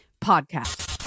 podcast